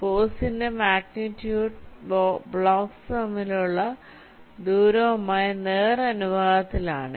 ഫോഴ്സിന്റെ magnitude blocks തമ്മിലുള്ള ദൂരവുമായി നേർ അനുപാതത്തിൽ ആണ്